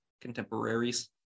contemporaries